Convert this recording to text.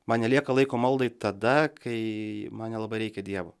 man nelieka laiko maldai tada kai man nelabai reikia dievo